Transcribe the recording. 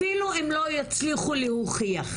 אפילו הם לא יצליחו להוכיח,